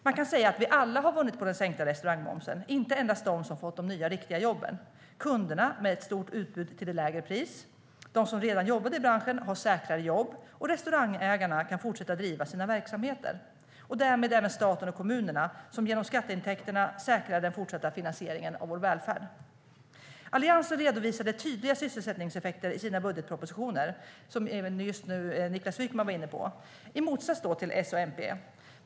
Man kan säga att vi alla har vunnit på den sänkta restaurangmomsen, inte endast de som fått de nya riktiga jobben. Kunderna har fått ett stort utbud till ett lägre pris, de som redan jobbade i branschen har säkrare jobb och restaurangägarna kan fortsätta att driva sina verksamheter. Vinnare är även staten och kommunerna som genom skatteintäkterna säkrar den fortsatta finansieringen av vår välfärd. Som Niklas Wykman var inne på redovisade Alliansen tydliga sysselsättningseffekter i sina budgetpropositioner, i motsats till S och MP.